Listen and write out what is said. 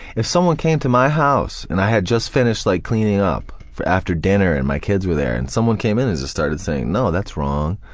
if someone came to my house and i had just finished like cleaning up after dinner and my kids were there and someone came in and just started saying no, that's wrong,